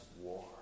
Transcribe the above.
war